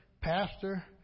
pastor